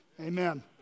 amen